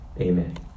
Amen